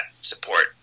support